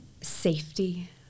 safety